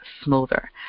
smoother